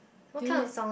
do you li~